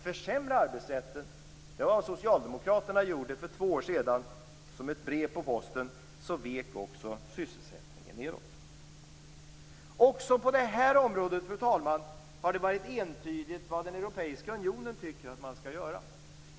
Försämra arbetsrätten var vad socialdemokraterna gjorde för två år sedan. Som ett brev på posten vek också sysselsättningen nedåt. Också på det här området, fru talman, har det varit entydigt vad den europeiska unionen tycker att man skall göra.